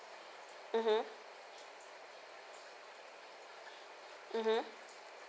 mmhmm